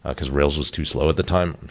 because rails was too slow at the time.